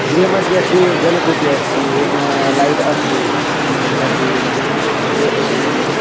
गृहमध्ये अस्ति जलकूपिः अस्ति एवं लैट् अस्ति तर्हि ए एकम्